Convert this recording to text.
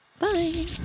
Bye